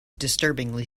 disturbingly